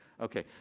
Okay